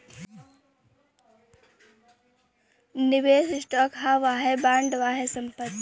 निवेस स्टॉक ह वाहे बॉन्ड, वाहे संपत्ति